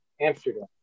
Amsterdam